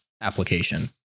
application